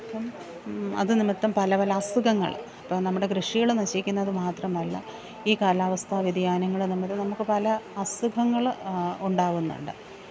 അപ്പം അത് നിമിത്തം പല പല അസുഖങ്ങൾ ഇപ്പം നമ്മുടെ കൃഷികൾ നശിക്കുന്നത് മാത്രമല്ല ഈ കാലാവസ്ഥാ വ്യതിയാനങ്ങൾ തമ്മിൽ നമുക്ക് പല അസുഖങ്ങൾ ഉണ്ടാവുന്നുണ്ട്